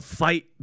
fight